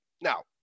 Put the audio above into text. Now